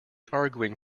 arguing